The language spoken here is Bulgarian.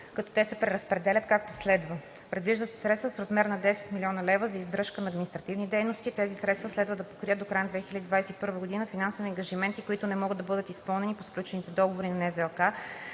като те се преразпределят, както следва: 1. Предвиждат се средства в размер на 10 млн. лв. за издръжка на административни дейности. Тези средства следва да покрият до края на 2021 г. финансови ангажименти, които не могат да бъдат изпълнени, по сключените договори на НЗОК